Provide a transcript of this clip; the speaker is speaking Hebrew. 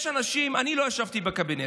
יש אנשים אני לא ישבתי בקבינט.